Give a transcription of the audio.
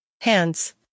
hands